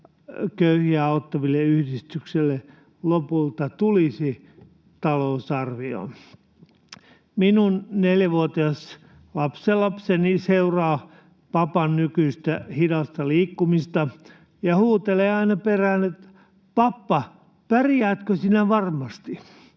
köyhiä auttaville yhdistyksille lopulta tulisi talousarvioon? Minun neljävuotias lapsenlapseni seuraa papan nykyistä hidasta liikkumista ja huutelee aina perään, että pappa, pärjäätkö sinä varmasti.